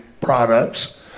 products